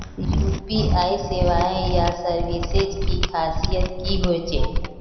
UPI सेवाएँ या services की खासियत की होचे?